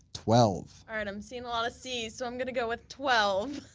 twelve? i and um see and a lot of c's so i'm going to go with twelve,